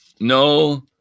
no